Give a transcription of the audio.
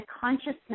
consciousness